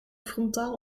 frontaal